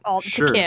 Sure